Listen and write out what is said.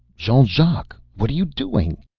jean-jacques, what are you doing?